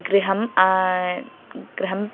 गृहं गृहं